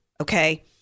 Okay